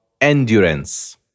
endurance